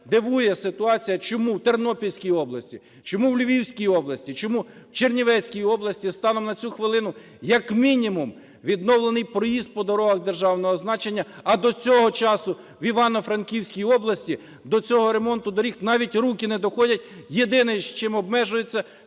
дивує ситуація, чому в Тернопільській області, чому в Львівській області, чому в Чернівецькій області станом на цю хвилину, як мінімум, відновлений проїзд по дорогах державного значення, а до цього часу в Івано-Франківській області до цього ремонту доріг навіть руки не доходять, єдине, чим обмежуються –